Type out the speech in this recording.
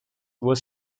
were